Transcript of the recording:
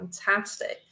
fantastic